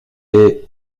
est